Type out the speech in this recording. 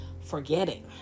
forgetting